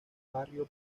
barrio